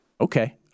Okay